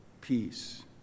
peace